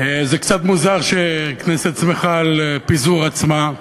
זה קצת מוזר שכנסת שמחה על פיזור עצמה,